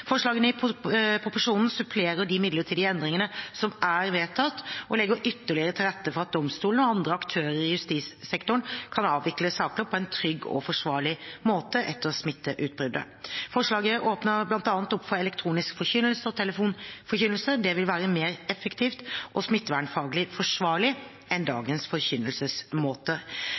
Forslagene i proposisjonen supplerer de midlertidige endringene som er vedtatt, og legger ytterligere til rette for at domstolene og andre aktører i justissektoren kan avvikle saker på en trygg og forsvarlig måte etter smitteutbruddet. Forslagene åpner bl.a. opp for elektronisk forkynnelse og telefonforkynnelse. Det vil være mer effektivt og smittevernfaglig forsvarlig enn dagens